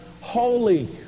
holy